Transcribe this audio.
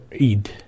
Eid